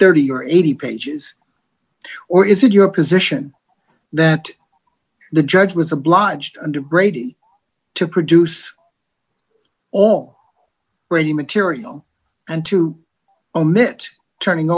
thirty or eighty pages or is it your position that the judge was obliged under brady to produce all ready material and to omit turning